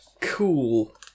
Cool